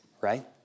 right